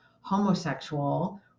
homosexual